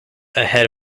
ahead